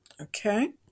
Okay